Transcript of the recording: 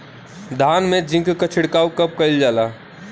धान में जिंक क छिड़काव कब कइल जाला?